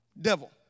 Devil